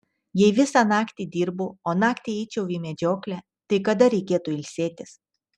jei visą dieną dirbu o naktį eičiau į medžioklę tai kada reikėtų ilsėtis